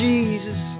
Jesus